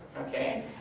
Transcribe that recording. Okay